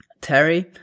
Terry